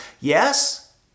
Yes